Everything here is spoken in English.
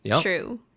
true